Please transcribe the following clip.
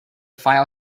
file